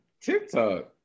TikTok